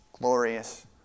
glorious